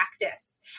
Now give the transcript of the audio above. practice